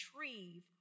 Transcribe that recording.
retrieve